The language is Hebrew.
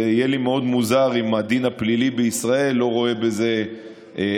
זה יהיה לי מאוד מוזר אם הדין הפלילי בישראל לא רואה בזה עבירה.